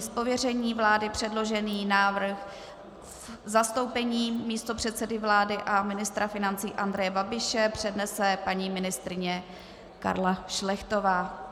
Z pověření vlády předložený návrh v zastoupení místopředsedy vlády a ministra financí Andreje Babiše přednese paní ministryně Karla Šlechtová.